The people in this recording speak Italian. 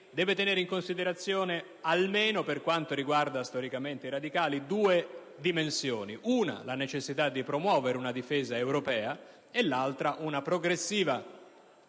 deve tenere in considerazione, almeno per quanto riguarda storicamente i radicali, due dimensioni: la necessità di promuovere una difesa europea nonché una progressiva